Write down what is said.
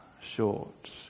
short